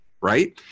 right